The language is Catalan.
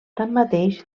tanmateix